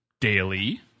daily